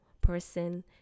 person